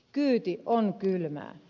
kyyti on kylmää